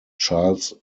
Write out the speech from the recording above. charles